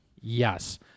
Yes